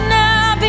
now